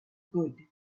good